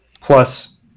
plus